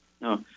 No